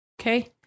Okay